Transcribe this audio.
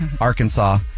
Arkansas